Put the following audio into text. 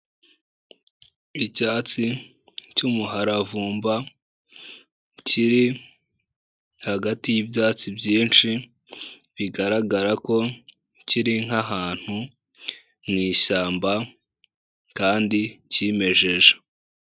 Icyatsi cy'umuharavumba kiri hagati y'ibyatsi byinshi, bigaragara ko kiri nk'ahantu mu ishyamba kandi kimejeje.